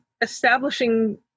establishing